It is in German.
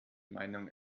meinung